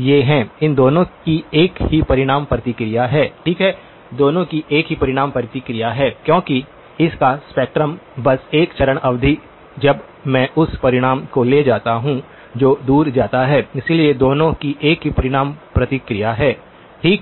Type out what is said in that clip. ये हैं इन दोनों की एक ही परिमाण प्रतिक्रिया है ठीक है दोनों की एक ही परिमाण प्रतिक्रिया है क्योंकि इस का स्पेक्ट्रम बस एक चरण अवधि जब मैं उस परिमाण को ले जाता हूं जो दूर जाता है इसलिए दोनों की एक ही परिमाण प्रतिक्रिया है ठीक